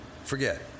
Forget